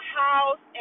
house